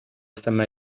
саме